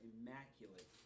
immaculate